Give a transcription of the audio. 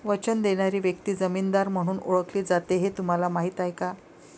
वचन देणारी व्यक्ती जामीनदार म्हणून ओळखली जाते हे तुम्हाला माहीत आहे का?